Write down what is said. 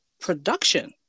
production